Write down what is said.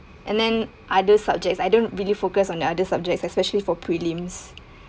and then other subjects I don't really focus on the other subjects especially for prelims